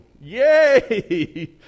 Yay